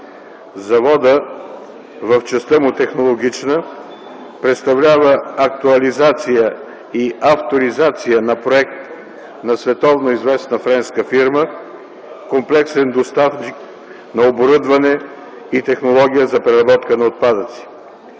Заводът в частта му технологична представлява актуализация и авторизация на проект на световно известна френска фирма, комплексен доставчик на оборудване и технология за преработка на отпадъци.